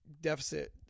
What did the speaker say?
Deficit